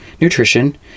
nutrition